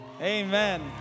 Amen